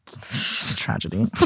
Tragedy